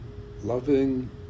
loving